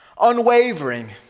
Unwavering